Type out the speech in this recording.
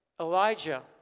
Elijah